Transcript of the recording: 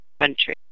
country